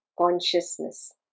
consciousness